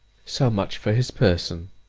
so much for his person.